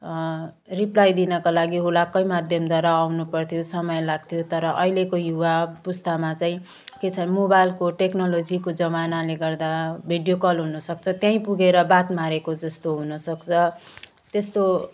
reply दिनको लागि हुलाककै माध्यमद्वारा आउनुपर्थ्यो समय लाग्थ्यो तर अहिलेको युवा पुस्तामा चाहिँ के छ मोबाइलको टेक्नोलजीको जमानाले गर्दा भिडियो कल हुनसक्छ त्यहीँ पुगेर बात मारेको जस्तो हुन सक्छ त्यस्तो